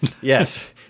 Yes